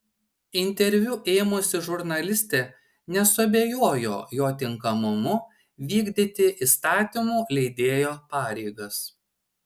interviu ėmusi žurnalistė nesuabejojo jo tinkamumu vykdyti įstatymų leidėjo pareigas